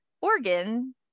organ